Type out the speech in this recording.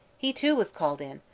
he too was called in,